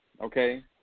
okay